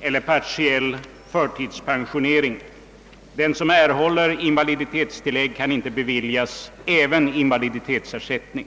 eller partiell förtidspensionering. Den som erhåller invaliditetstillägg kan inte beviljas även invaliditetsersättning.